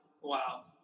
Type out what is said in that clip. wow